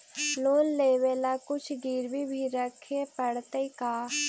Loan लेबे ल कुछ गिरबी भी रखे पड़तै का?